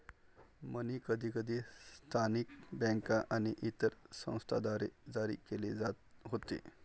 मनी कधीकधी स्थानिक बँका आणि इतर संस्थांद्वारे जारी केले जात होते